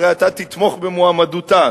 הרי אתה תתמוך במועמדותה,